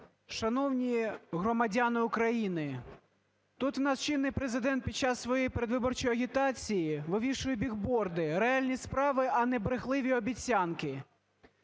Шановні громадяни України, тут у нас чинний Президент під час своєї передвиборчої агітації вивішує бігборди: "Реальні справи, а не брехливі обіцянки!".